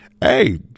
Hey